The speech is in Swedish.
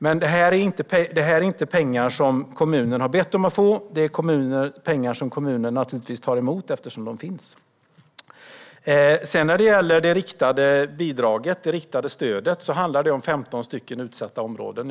Det här är inte pengar som kommunen har bett om att få, men det är pengar som kommunen naturligtvis tar emot eftersom de finns. När det gäller det riktade bidraget, det riktade stödet, handlar det om 15 utsatta områden.